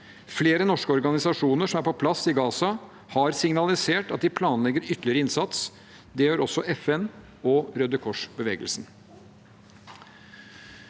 Flere norske organisasjoner som er på plass i Gaza, har signalisert at de planlegger ytterligere innsats. Det gjør også FN og Røde Kors-bevegelsen.